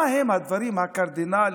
מהם הדברים הקרדינליים,